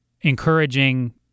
encouraging